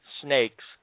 snakes